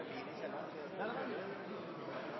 i kommunene. Dermed er